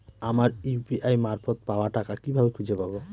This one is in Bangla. আমার ইউ.পি.আই মারফত পাওয়া টাকা কিভাবে খুঁজে পাব?